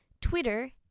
Twitter